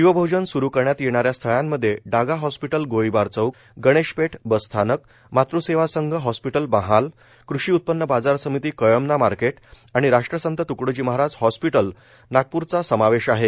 शिवभोजन सुरु करण्यात येणाऱ्या स्थळांमध्ये डागा हॉस्पिटल गोळीबार चौक गणेशपेठ बसस्थानक मातृसेवासंघ हॉस्पिटल महाल कृषी उत्पन्न बाजार समिती कळमना मार्केट आणि राष्ट्रसंत तुकडोजी महाराज हॉस्पिटल नागपूरचा समावेश आहे